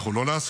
אנחנו לא נעשה,